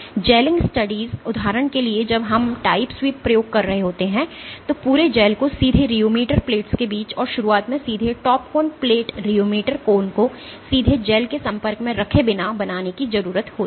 Jialing study उदाहरण के लिए जब आप टाइम स्वीप प्रयोग कर रहे होते हैं तो पूरे जैल को सीधे रियोमीटर प्लेट्स के बीच और शुरुआत में सीधे top cone plate rheometer cone को सीधे जैल के संपर्क में रखे बिना बनाने की जरूरत होती है